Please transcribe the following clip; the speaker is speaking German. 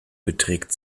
beträgt